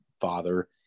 father